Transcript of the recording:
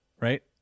Right